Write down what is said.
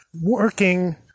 working